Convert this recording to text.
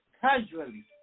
casually